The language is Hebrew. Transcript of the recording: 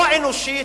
לא אנושית,